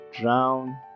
drown